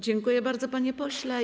Dziękuję bardzo, panie pośle.